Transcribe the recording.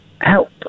Help